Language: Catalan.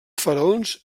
faraons